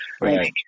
Right